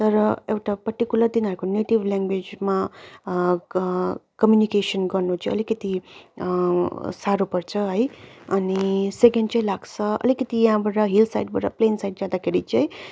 तर एउटा पर्टिकुलर तिनीहरूको नेटिभ ल्याङ्ग्वेजमा कम्युनिकेसन गर्नु चाहिँ अलिकति साह्रो पर्छ है अनि सेकेन्ड चाहिँ लाग्छ अलिकति यहाँबाट हिल साइडबाट प्लेन साइड जाँदाखेरि चाहिँ